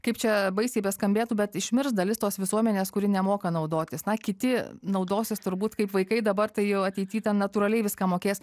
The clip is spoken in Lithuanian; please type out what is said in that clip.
kaip čia baisiai beskambėtų bet išmirs dalis tos visuomenės kuri nemoka naudotis na kiti naudosis turbūt kaip vaikai dabar tai jau ateity tai natūraliai viską mokės